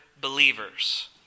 believers